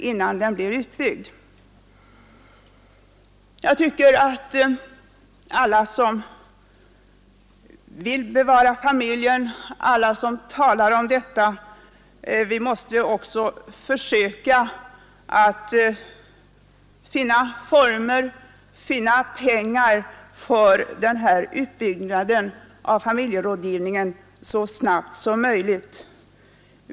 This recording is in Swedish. Alla vi som talar om och vill bevara familjen som institution måste också så snabbt som möjligt söka finna former för och pengar till denna utbyggnad av familjerådgivningen.